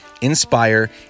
inspire